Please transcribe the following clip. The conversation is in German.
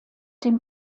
dem